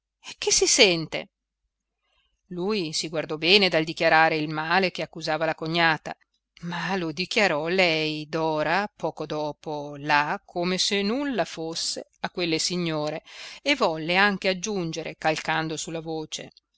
che si sente lui si guardò bene dal dichiarare il male che accusava la cognata ma lo dichiarò lei dora poco dopo là come se nulla fosse a quelle signore e volle anche aggiungere calcando su la voce